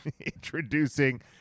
introducing